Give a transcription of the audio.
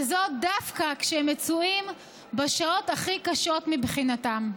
וזאת דווקא כשהם מצויים בשעות הכי קשות מבחינתם.